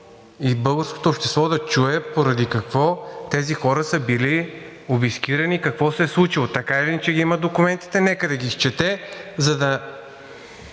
и българското общество да чуе поради какво тези хора са били обискирани, какво се е случило. Така или иначе ги има документите, нека да ги изчете, за да